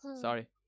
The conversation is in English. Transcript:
sorry